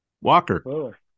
Walker